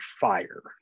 fire